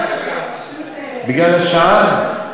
בגלל השעה?